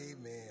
Amen